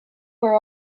were